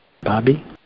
Bobby